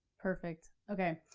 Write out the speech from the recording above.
perfect, okay.